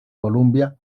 columbia